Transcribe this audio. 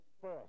first